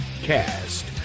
Cast